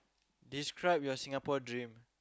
describe your Singapore dream